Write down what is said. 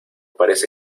parece